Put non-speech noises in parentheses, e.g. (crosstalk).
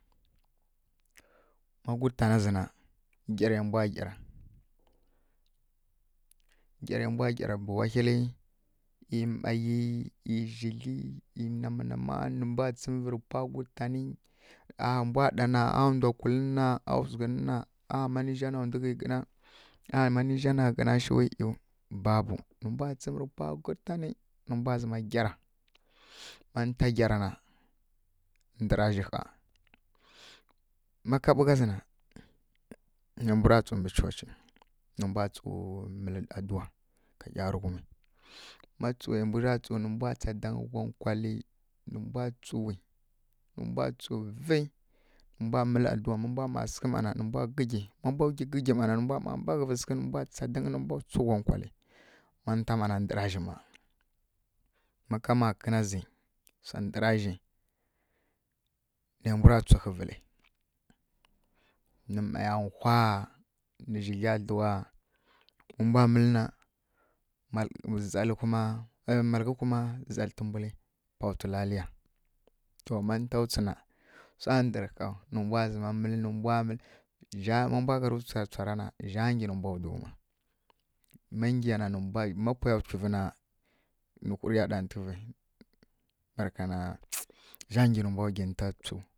Má gutana zǝ na gyarai mbwa gyara, gyarai mbwa gyara mbǝ wahilǝ ˈyi mai ˈyi zhidlyi ˈyi nama-nama nǝ mbwa tsǝmǝvǝ rǝ pwa gutanǝ mbwa ɗana a ndwa kulǝ na a zughǝ na mani zha na ndughǝi gǝna a mani zha na gǝna shǝwi (hesitation) babu nǝ mbwa tsǝmǝvǝ rǝ pwa gutanǝ nǝ mbwa zǝma gyara man nta gyara na ndǝra zhi ƙha. Má ka ɓuka zǝ na nai mbura tsǝw mbǝ coci nǝ mbwa tsǝ nǝ mbwa tsǝ mǝlǝ adǝwa ka ˈyarǝghumi ma tsǝwai mbu zha tsǝw nǝ mbwa tsǝ tsa dangǝ nkonkwalǝ nǝ mbwa tsǝw vǝ́ nǝ mbwa mǝ́lǝ́ adǝwa ma nbwa mma sǝghǝ mma na nǝ mbwa mǝlǝ adǝwa nǝ mbwa gǝggyi ma mbwa gyi gǝggyi mma na nǝ mbwa mma mbaghǝvǝ sǝghǝ nǝ mbwa mma tsa dangǝ nǝ mbwa tsu nkonkwalǝ. man nta mma na ndǝra zhi mma. Má ka makǝna zǝ na ndǝra zhi mma na nai mbu ra tsi hǝvǝl nɨ maiya hwa nǝ zhidlya dlǝwa, ma mbwa mǝlǝ na (hesitation) zalǝ kuma malaghǝ tǝmbulǝ, pa tsǝ (hesitation) to man nta tsi na swá ndǝrǝ ƙhaw nǝ mbwa zǝma mǝlǝ nǝ mbwa mǝlǝ ma mbwa (hesitation) ma mbwa gharǝ tsa tsaw ra na zha ngyyi nǝ mbwa dǝw mma ma nggyi na ma pwai ya nkyivǝ na nǝ hurǝ ɗantǝghǝvǝ barǝka na (hesitation) zhá nggyi nǝ mbwa dwi nǝ nta tsiw